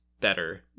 better